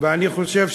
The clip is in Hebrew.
ואני חושב,